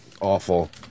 Awful